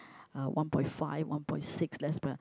uh one point five one point six less per